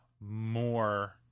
more